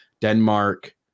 Denmark